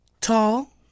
tall